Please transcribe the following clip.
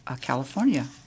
California